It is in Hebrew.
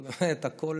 כי באמת הכול